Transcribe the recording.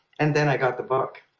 and then i got the book.